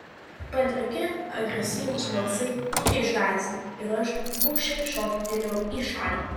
padriki agresyvūs balsai mane išgąsdino ir aš bugščiai šoktelėjau į šalį